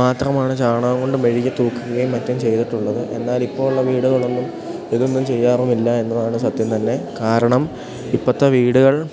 മാത്രമാണ് ചാണകം കൊണ്ട് മെഴുകി തൂക്കുകയും മറ്റും ചെയ്തിട്ടുള്ളത് എന്നാൽ ഇപ്പോഴുള്ള വീടുകൾ ഒന്നും ഇതൊന്നും ചെയ്യാറുമില്ല എന്നതാണ് സത്യം തന്നെ കാരണം ഇപ്പോഴത്തെ വീടുകൾ